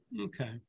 Okay